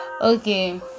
Okay